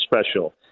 special